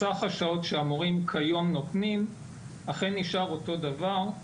סך השעות שהמורים כיום נותנים אכן נשאר אותו דבר.